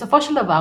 בסופו של הסיפור,